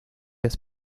des